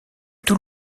tout